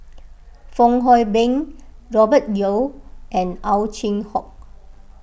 Fong Hoe Beng Robert Yeo and Ow Chin Hock